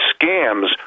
scams